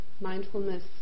mindfulness